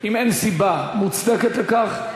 אם אין סיבה מוצדקת לכך.